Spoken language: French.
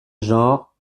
genre